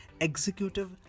Executive